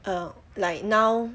err like now